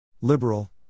Liberal